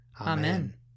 Amen